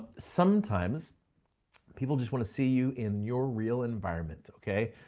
sometimes people just wanna see you in your real environment, okay.